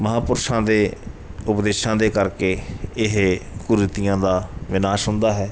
ਮਹਾਂ ਪੁਰਸ਼ਾਂ ਦੇ ਉਪਦੇਸ਼ਾਂ ਦੇ ਕਰਕੇ ਇਹ ਕੁਰੀਤੀਆਂ ਦਾ ਵਿਨਾਸ਼ ਹੁੰਦਾ ਹੈ